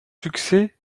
succès